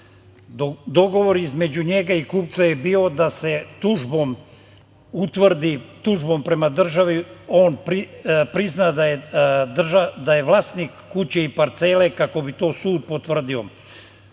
dogovor između njega i kupca je bio da se tužbom utvrdi, tužbom prema državi, on prizna da je vlasnik kuće i parcele kako bi to sud potvrdio.U